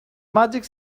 magic